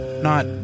Not